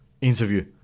Interview